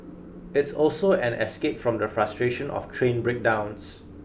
it's also an escape from the frustration of train breakdowns